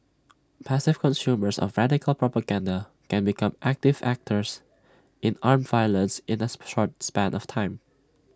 passive consumers of radical propaganda can become active actors in armed violence in A short span of time